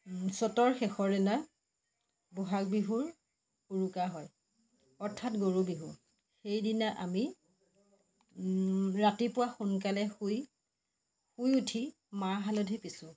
চ'তৰ শেষৰ দিনা ব'হাগ বিহুৰ উৰুকা হয় অৰ্থাৎ গৰু বিহু সেইদিনা আমি ৰাতিপুৱা সোনকালে শুই শুই উঠি মাহ হালধি পিচোঁ